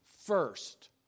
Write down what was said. first